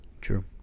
true